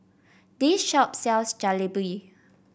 this shop sells Jalebi